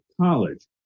college